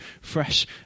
fresh